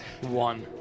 One